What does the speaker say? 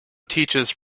teaches